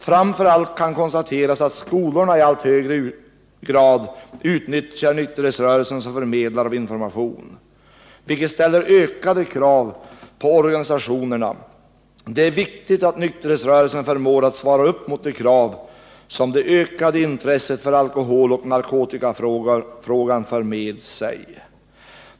Framför allt kan konstateras att skolorna i allt högre grad utnyttjar nykterhetsrörelsen som förmedlare av information, vilket ställer ökande krav på organisationerna. Det är viktigt att nykterhetsrörelsen förmår att svara upp mot de krav som det ökade intresset för alkoholoch narkotikafrågan för med sig.